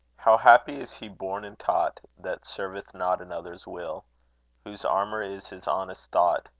how happy is he born and taught, that serveth not another's will whose armour is his honest thought,